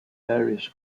various